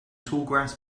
tallgrass